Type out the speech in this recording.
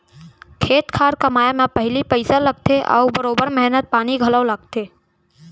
खेत खार कमाए म पहिली पइसा लागथे अउ बरोबर मेहनत पानी घलौ लागथे